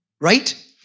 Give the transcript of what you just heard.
Right